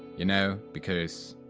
you know? because.